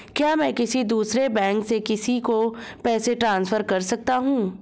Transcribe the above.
क्या मैं किसी दूसरे बैंक से किसी को पैसे ट्रांसफर कर सकता हूं?